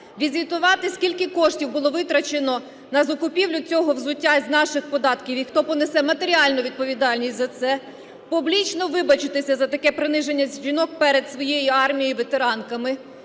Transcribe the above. відзвітувати, скільки коштів було витрачено на закупівлю цього взуття з наших податків і хто понесе матеріальну відповідальність за це. Публічно вибачитися за таке приниження жінок перед своєю армією і ветеранками,